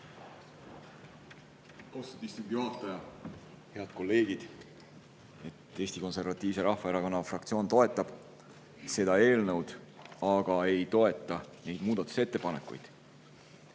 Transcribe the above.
istungi juhataja! Head kolleegid! Eesti Konservatiivse Rahvaerakonna fraktsioon toetab seda eelnõu, aga ei toeta neid muudatusettepanekuid.